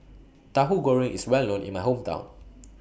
Tahu Goreng IS Well known in My Hometown